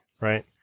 Right